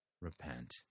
Repent